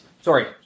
Sorry